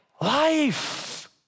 life